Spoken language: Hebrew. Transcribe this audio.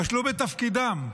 כשלו בתפקידם.